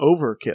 Overkill